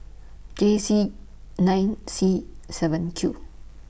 J Z nine C seven Q